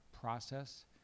process